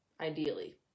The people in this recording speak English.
ideally